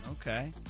Okay